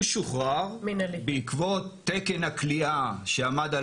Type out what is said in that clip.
הוא שוחרר בעקבות תקן הכליאה שעמד על